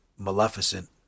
Maleficent